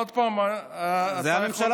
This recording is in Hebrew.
עוד פעם, אתה יכול,